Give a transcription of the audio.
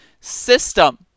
system